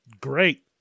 Great